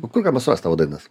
o kuriam visas tavo dainas